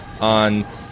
on